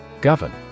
Govern